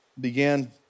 began